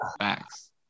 Facts